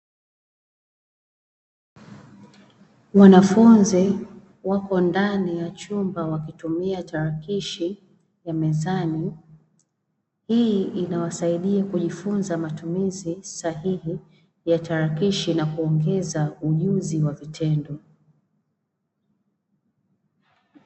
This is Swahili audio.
Wanafunzi wako ndani ya chumba wanatumia tarakishi ya mezani, hii inawasaidia kujifunza matumizi sahihi ya tarakishi na kuongeza ujuzi kwa vitendo.